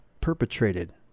perpetrated